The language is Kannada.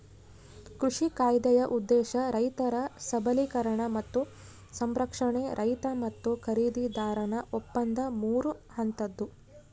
ಕೃಷಿ ಕಾಯ್ದೆಯ ಉದ್ದೇಶ ರೈತರ ಸಬಲೀಕರಣ ಮತ್ತು ಸಂರಕ್ಷಣೆ ರೈತ ಮತ್ತು ಖರೀದಿದಾರನ ಒಪ್ಪಂದ ಮೂರು ಹಂತದ್ದು